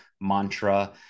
mantra